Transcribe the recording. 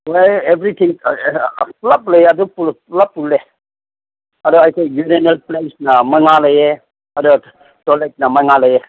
ꯑꯥꯏ everything ꯄꯨꯟꯂꯞ ꯂꯩꯌꯦ ꯑꯗꯨ ꯄꯨꯟꯂꯞ ꯄꯨꯟꯂꯞ ꯄꯨꯟꯂꯦ ꯑꯗ ꯑꯩꯈꯣꯏꯒꯤ ꯃꯦꯅꯦꯖꯃꯦꯟꯅ ꯃꯉꯥ ꯂꯩꯌꯦ ꯑꯗ ꯇꯣꯏꯂꯦꯠꯅ ꯃꯉꯥ ꯂꯩꯌꯦ